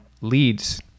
leads